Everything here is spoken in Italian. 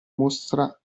mostra